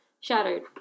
Shattered